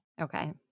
Okay